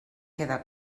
queda